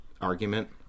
argument